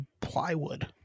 plywood